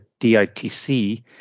DITC